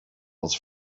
was